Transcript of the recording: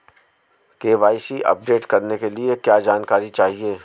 KYC update करने के लिए क्या जानकारी चाहिए?